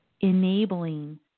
enabling